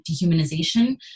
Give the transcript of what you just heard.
dehumanization